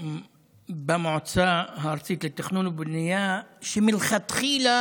במועצה הארצית לתכנון ובנייה שמלכתחילה